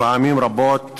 ופעמים רבות